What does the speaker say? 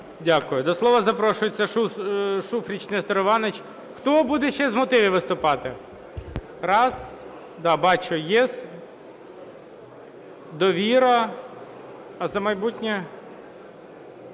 Дякую. До слова запрошується Шуфрич Нестор Іванович. Хто буде ще з мотивів виступати? Да, бачу, ЄС, "Довіра". А "За майбутнє"?